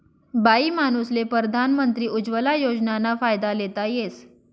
बाईमानूसले परधान मंत्री उज्वला योजनाना फायदा लेता येस